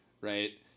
Right